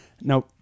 Now